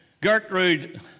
Gertrude